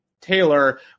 Taylor